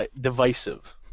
divisive